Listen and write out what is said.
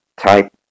type